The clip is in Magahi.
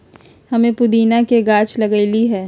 हम्मे पुदीना के गाछ लगईली है